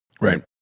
Right